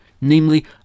namely